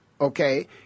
Okay